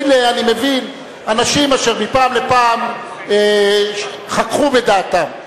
מילא, אני מבין, אנשים אשר מפעם לפעם חככו בדעתם.